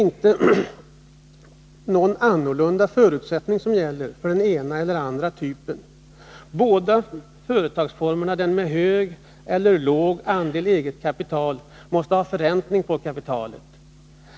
Båda företagsformerna — både den med hög och den med låg andel eget kapital — måste ju ha förräntning på kapitalet.